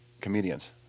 comedians